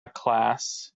class